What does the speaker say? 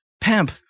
pimp